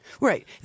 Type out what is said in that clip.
Right